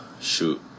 shoot